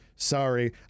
Sorry